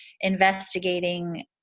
investigating